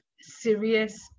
serious